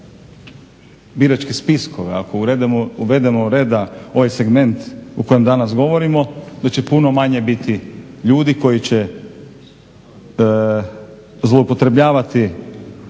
biračke spiskove, ako uvedemo reda u ovaj segment o kojem danas govorimo da će puno manje biti ljudi koji će zloupotrebljavati